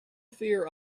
fear